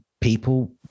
people